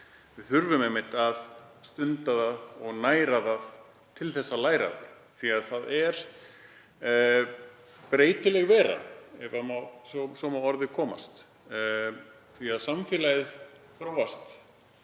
Við þurfum einmitt að stunda það og næra það til að læra, því að það er breytileg vera, ef svo má að orði komast. Samfélagið hefur